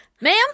Ma'am